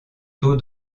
taux